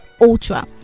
ultra